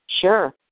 Sure